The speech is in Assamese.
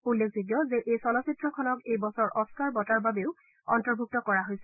উল্লেখযোগ্য যে এই চলচ্চিত্ৰখনক এই বছৰ অস্থাৰ বঁটাৰ বাবেও অন্তৰ্ভুক্ত কৰা হৈছিল